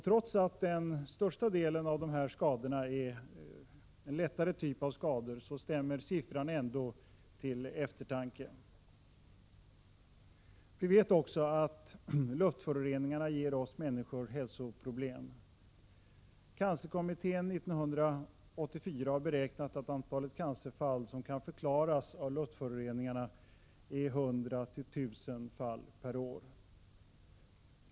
Trots att den största delen är lättare skador stämmer siffran ändå till eftertanke. Vi vet också att luftföroreningarna ger oss människor hälsoproblem. Cancerkommittén 1984 har beräknat att antalet cancerfall som kan förklaras avluftföroreningarna är 100-1 000 per år.